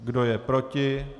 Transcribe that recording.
Kdo je proti?